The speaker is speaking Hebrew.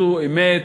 זו אמת,